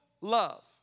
love